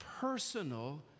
personal